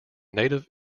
native